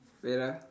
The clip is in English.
wait ah